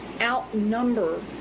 outnumber